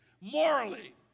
Morally